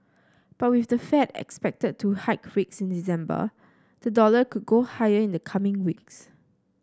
but with the Fed expected to hike rates in December the dollar could go higher in the coming weeks